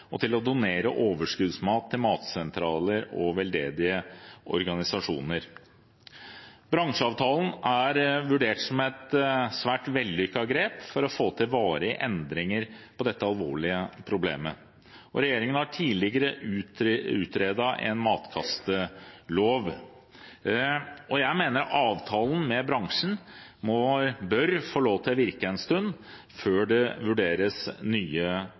og til å donere overskuddsmat til matsentraler og veldedige organisasjoner. Bransjeavtalen er vurdert som et svært vellykket grep for å få til varige endringer på dette alvorlige problemet. Regjeringen har tidligere utredet en matkastelov. Jeg mener avtalen med bransjen bør få lov til å virke en stund før det vurderes nye